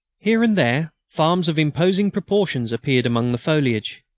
here and there farms of imposing proportions appeared among the foliage.